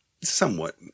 Somewhat